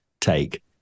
take